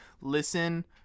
listen